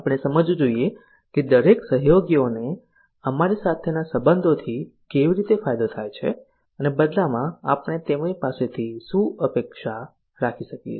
આપણે સમજવું જોઈએ કે દરેક સહયોગીને અમારી સાથેના સંબંધોથી કેવી રીતે ફાયદો થાય છે અને બદલામાં આપણે તેમની પાસેથી શું અપેક્ષા રાખી શકીએ છીએ